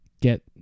get